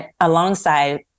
Alongside